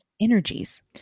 energies